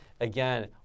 again